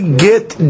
get